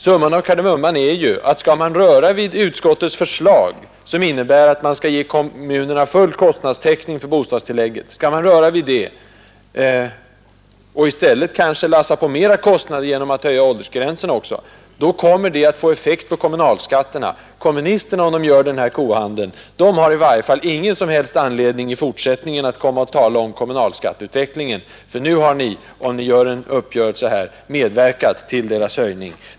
Summan av kardemumman är ju, att skall man röra vid utskottets förslag, som innebär att kommunerna får full kostnadstäckning för bostadstilläggen, och i stället kanske lassa på mera kostnader genom att höja åldersgränserna, då kommer det att få effekt på kommunalskatterna. Om kommunisterna gör denna kohandel, har de ingen som helst anledning att i fortsättningen komma och tala om kommunalskatteutvecklingen. Nu har ni, om ni träffar en uppgörelse här, medverkat till kommunalskattens höjning.